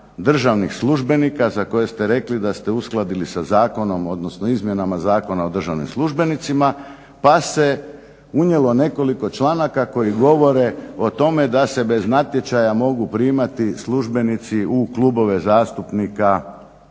državnih službenika za koje ste rekli da ste uskladili sa zakonom, odnosno izmjenama Zakona o državnim službenicima, pa se unijelo nekoliko članaka koji govore o tome da se bez natječaja mogu primati službenici u klubove zastupnika